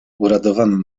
uradowany